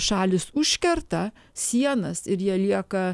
šalys užkerta sienas ir jie lieka